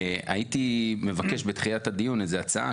הייתי מבקש בתחילת הדיון איזה הצעה,